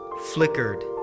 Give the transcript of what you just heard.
Flickered